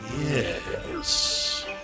Yes